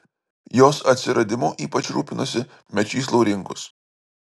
jos atsiradimu ypač rūpinosi mečys laurinkus